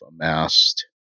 amassed